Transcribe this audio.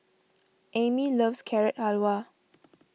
Amie loves Carrot Halwa